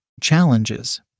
Challenges